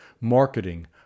marketing